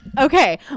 Okay